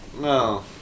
No